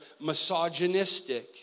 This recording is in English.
misogynistic